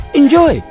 enjoy